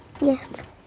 Yes